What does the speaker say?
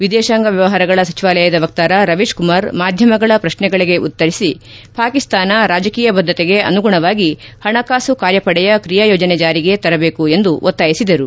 ವಿದೇಶಾಂಗ ವ್ಯವಹಾರಗಳ ಸಚಿವಾಲಯದ ವಕ್ತಾರ ರವೀಶ್ ಕುಮಾರ್ ಮಾಧ್ಯಮಗಳ ಪ್ರಶ್ನೆಗಳಗೆ ಉತ್ತರಿಸಿ ಪಾಕಿಸ್ತಾನ ರಾಜಕೀಯ ಬದ್ದತೆಗೆ ಅನುಗುಣವಾಗಿ ಪಣಕಾಸು ಕಾರ್ಯಪಡೆಯ ಕ್ರಿಯಾಯೋಜನೆ ಜಾರಿಗೆ ತರಬೇಕು ಎಂದು ಒತ್ತಾಯಿಸಿದರು